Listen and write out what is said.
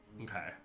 Okay